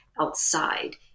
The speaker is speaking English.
outside